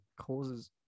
causes